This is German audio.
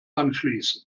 anschließen